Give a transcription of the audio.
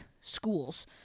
schools